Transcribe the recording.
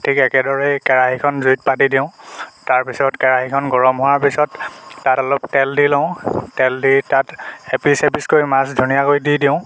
ঠিক একেদৰেই কেৰাহীখন জুইত পাতি দিওঁ তাৰপিছত কেৰাহীখন গৰম হোৱাৰ পিছত তাত অলপ তেল দি লওঁ তেল দি তাত এপিচ এপিচকৈ মাছ ধুনীয়াকৈ দি দিওঁ